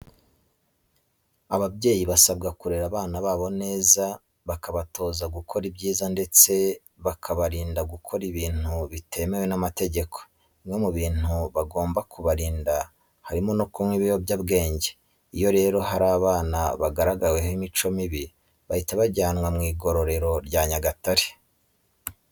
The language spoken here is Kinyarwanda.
Ababyeyi basabwa kurera abana babo neza bakabatoza gukora ibyiza ndetse bakabarinda gukora ibintu bitemewe n'amategeko. Bimwe mu bintu bagomba kubarinda harimo no kunywa ibiyobyabwenge. Iyo rero hari abana bagaragaweho imico mibi bahita bajyanwa mu igororero rya Nyagatare.